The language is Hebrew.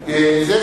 אין ספק.